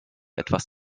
etwas